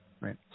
Right